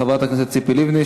חברת הכנסת ציפי לבני,